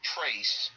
Trace